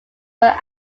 were